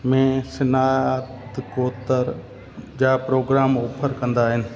में स्नातकोत्तर जा प्रोग्राम ऑफर कंदा आहिनि